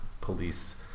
police